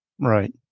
Right